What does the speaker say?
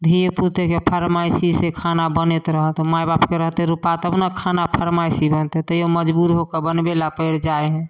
धियेपुतेके फरमाइशी से खाना बनैत रहत माय बापके रहतै रूपा तब ने खाना फरमाइशी बनतै तैयो मजबूर हो कऽ बनबै लए पड़ि जाइ है